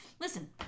Listen